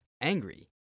angry